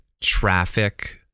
traffic